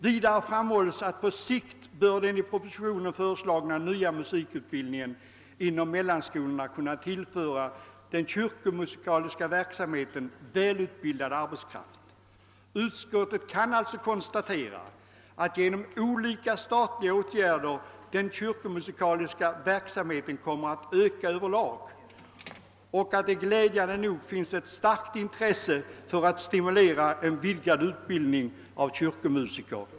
Vidare understrykes att den i propositionen föreslagna nya musikutbildningen inom mellanskolorna på sikt bör kunna tillföra den kyrkomusikaliska verksamheten väl utbildad arbetskraft. Utskottet kan alltså konstatera att den kyrkomusikaliska verksamheten genom olika statliga åtgärder över lag kommer att öka och att det glädjande nog finns ett starkt intresse för att sti mulera en vidgad utbildning av kyrkomusiker.